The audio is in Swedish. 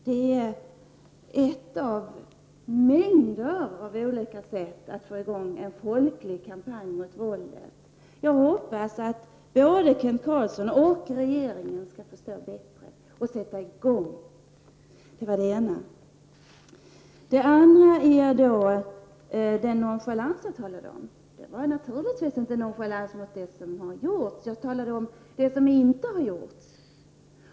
Detta är ett av en mängd olika sätt att få i gång en folklig kampanj mot våldet. Jag hoppas att både Kent Carlsson och regeringen skall förstå bättre och sätta i gång. Den nonchalans som jag talade om gällde naturligtvis inte det som har gjorts, utan det som inte har gjorts.